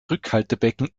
rückhaltebecken